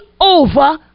over